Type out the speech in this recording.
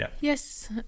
Yes